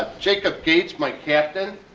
jacob gates, my captain.